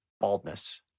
baldness